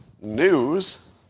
news